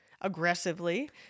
aggressively